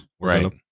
right